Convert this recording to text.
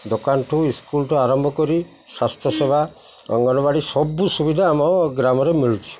ଦୋକାନଠୁ ଇସ୍କୁଲଠୁ ଆରମ୍ଭ କରି ସ୍ୱାସ୍ଥ୍ୟସେବା ଅଙ୍ଗନବାଡ଼ି ସବୁ ସୁବିଧା ଆମ ଗ୍ରାମରେ ମିଳୁଛି